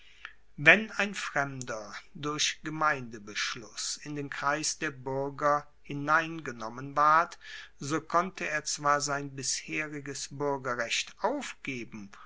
wenn ein fremder durch gemeindebeschluss in den kreis der buerger hineingenommen ward so konnte er zwar sein bisheriges buergerrecht aufgeben